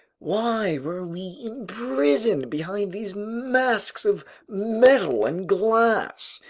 why were we imprisoned behind these masks of metal and glass!